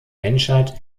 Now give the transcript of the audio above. menschheit